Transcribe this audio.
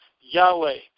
Yahweh